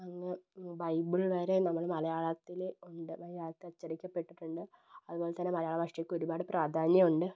അങ്ങ് ബൈബിൾ വരെ നമ്മള് മലയാളത്തില് ഉണ്ട് മലയാളത്തിൽ അച്ചടിക്കപ്പെട്ടിട്ടുണ്ട് അതുപോലെതന്നെ മലയാള ഭാഷക്ക് ഒരുപാട് പ്രാധാന്യമുണ്ട്